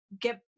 Get